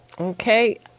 Okay